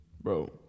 bro